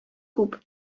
күп